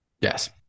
Yes